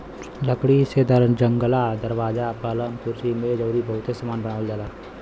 लकड़ी से जंगला, दरवाजा, पलंग, कुर्सी मेज अउरी बहुते सामान बनावल जाला